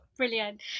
Brilliant